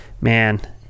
man